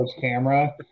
camera